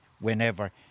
whenever